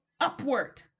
upward